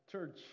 Church